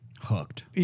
hooked